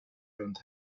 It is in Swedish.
runt